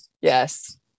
yes